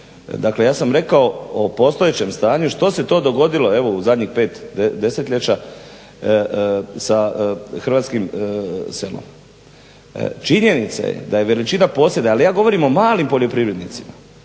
Dakle ja sam rekao o postojećem stanju što se to dogodilo evo u zadnjih pet desetljeća sa hrvatskim. Činjenica je da je veličina posjeda ali ja govorim o malim poljoprivrednicima